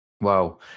Wow